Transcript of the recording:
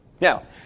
Now